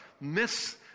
miss